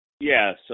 Yes